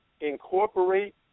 incorporate